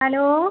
hello